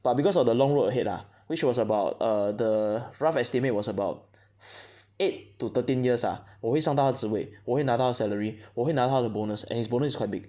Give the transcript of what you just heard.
but because of the long road ahead ah which was about err the rough estimate was about eight to thirteen years ah 我会上到他的职位我会拿到他的 salary 我会拿他的 bonus and his bonus is quite big